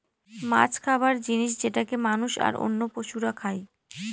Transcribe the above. মাছ খাবার জিনিস যেটাকে মানুষ, আর অন্য পশুরা খাই